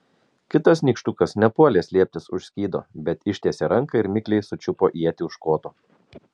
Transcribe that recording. kitas nykštukas nepuolė slėptis už skydo bet ištiesė ranką ir mikliai sučiupo ietį už koto